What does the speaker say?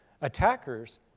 attackers